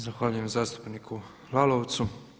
Zahvaljujem zastupniku Lalovcu.